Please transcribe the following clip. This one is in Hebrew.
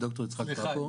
ד"ר יצחק פפו.